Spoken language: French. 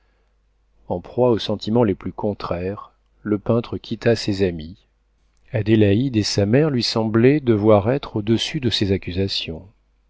en proie aux sentiments les plus contraires le peintre quitta ses amis adélaïde et sa mère lui semblaient devoir être au-dessus de ces accusations